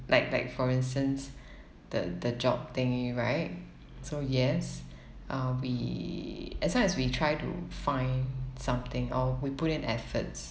like like for instance the the job thingy right so yes uh we as long as we try to find something or we put in efforts